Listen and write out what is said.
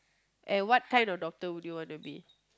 and what kind of doctor would you wanna be